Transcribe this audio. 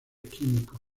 químicos